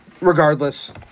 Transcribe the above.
regardless